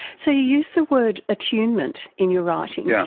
so you use the word attunement in your writing. yeah